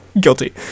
Guilty